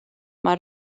mae